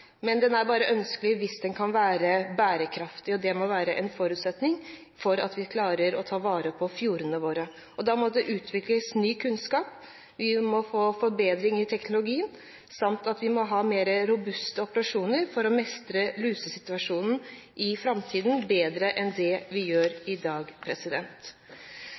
men den er bare ønskelig hvis den kan være bærekraftig – og det må være en forutsetning for at vi skal klare å ta vare på fjordene våre. Da må det utvikles ny kunnskap. Vi må få forbedring i teknologien, og vi må ha mer robuste operasjoner for å mestre lusesituasjonen i framtiden bedre enn det vi gjør i dag.